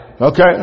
Okay